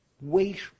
Wait